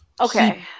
okay